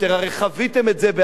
הרי חוויתם את זה בעבר.